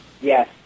yes